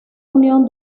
unión